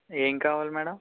ఏం కావాలి మేడం